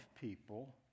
people